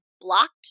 blocked